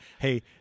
Hey